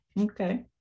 okay